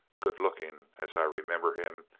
good-looking, as i remember him,